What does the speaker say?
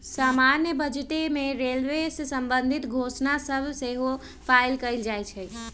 समान्य बजटे में रेलवे से संबंधित घोषणा सभ सेहो कएल जाइ छइ